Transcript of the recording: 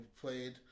played